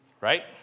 right